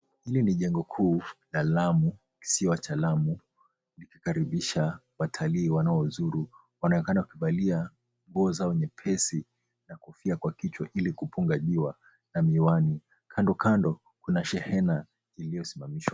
Hili ni jengo kuu la Lamu kisiwa cha lamu likikaribisha watalii wanaozuru. Wanaonekana wakivalia nguo zao nyepesi na kofia kwa kichwa ili kupunga jua na miwani. Kandokando kuna shehena iliyosimamishwa.